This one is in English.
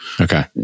Okay